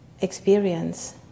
experience